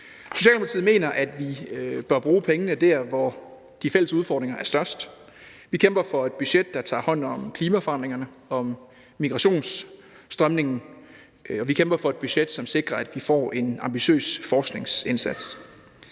Socialdemokratiet mener, at vi bør bruge pengene dér, hvor de fælles udfordringer er størst. Vi kæmper for et budget, der tager hånd om klimaforandringerne og om migrationsstrømmen, og vi kæmper for et budget, som sikrer, at vi får en ambitiøs forskningsindsats.